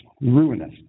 ruinous